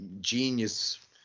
genius